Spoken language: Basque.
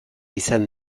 izan